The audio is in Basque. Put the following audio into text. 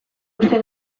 uste